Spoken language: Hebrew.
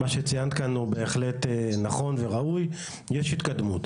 מה שציינת כאן הוא בהחלט נכון וראוי, יש התקדמות.